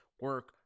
Work